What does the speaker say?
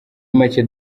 make